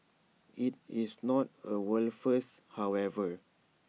IT is not A world first however